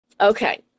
Okay